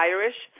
Irish